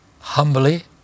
Humbly